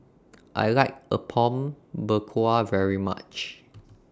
I like Apom Berkuah very much